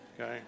okay